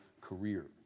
career